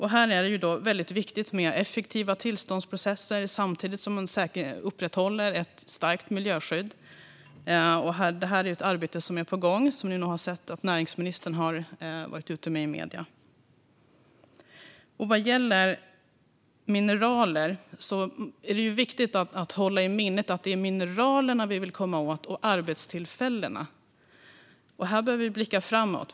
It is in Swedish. Här är det väldigt viktigt med effektiva tillståndsprocesser, samtidigt som man upprätthåller ett starkt miljöskydd. Detta är ett arbete som är på gång och som ni nog har sett näringsministern vara ute med i medierna. Vad gäller mineraler är det viktigt att hålla i minnet att det är mineralerna och arbetstillfällena vi vill komma åt. Här behöver vi blicka framåt.